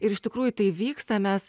ir iš tikrųjų tai vyksta mes